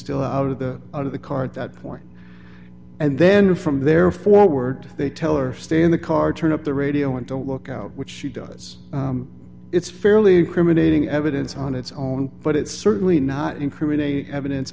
still out of the out of the car at that point and then from there forward they teller stay in the car turn up the radio and don't look out which she does it's fairly primitive a thing evidence on its own but it's certainly not incriminating evidence